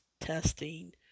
testing